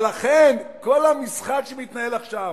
אבל לכן, כל המשחק שמתנהל עכשיו,